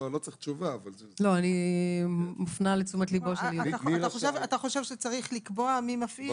אתה חושב שצריך לקבוע מי מפעיל?